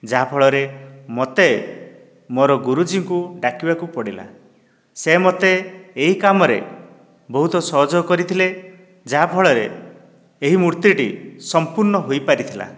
ଯାହାଫଳରେ ମୋତେ ମୋର ଗୁରୁଜୀଙ୍କୁ ଡାକିବାକୁ ପଡ଼ିଲା ସେ ମୋତେ ଏହି କାମରେ ବହୁତ ସହଯୋଗ କରିଥିଲେ ଯାହାଫଳରେ ଏହି ମୂର୍ତ୍ତି ଟି ସମ୍ପୂର୍ଣ ହୋଇ ପାରିଥିଲା